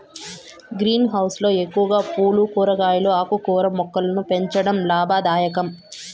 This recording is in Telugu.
గ్రీన్ హౌస్ లో ఎక్కువగా పూలు, కూరగాయలు, ఆకుకూరల మొక్కలను పెంచడం లాభదాయకం